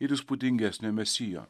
ir įspūdingesnio mesijo